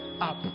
up